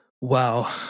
Wow